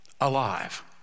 alive